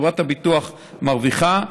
חברת הביטוח מרוויחה,